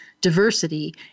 diversity